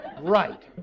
Right